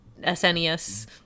SNES